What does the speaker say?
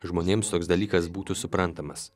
žmonėms toks dalykas būtų suprantamas